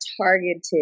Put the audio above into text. targeted